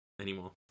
anymore